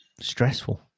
stressful